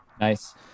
nice